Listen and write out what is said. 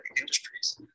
industries